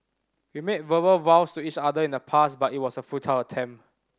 we made verbal vows to each other in the past but it was a futile attempt